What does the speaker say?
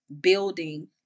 building